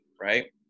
right